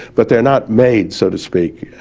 but they're not made so to speak